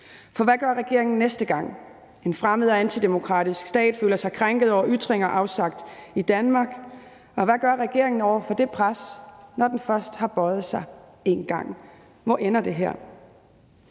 For hvad gør regeringen, næste gang en fremmed og antidemokratisk stat føler sig krænket over ytringer afsagt i Danmark? Hvad gør regeringen over for det pres, når den først har bøjet sig én gang? Hvor ender det her?